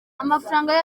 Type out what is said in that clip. amafaranga